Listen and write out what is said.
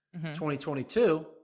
2022